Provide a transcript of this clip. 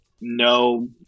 no